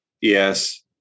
Yes